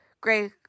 great